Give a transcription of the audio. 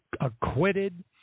acquitted